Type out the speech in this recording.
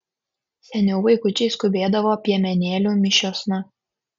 seniau vaikučiai skubėdavo piemenėlių mišiosna